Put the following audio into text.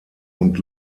und